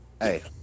Hey